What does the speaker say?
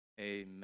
amen